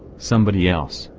somebody else,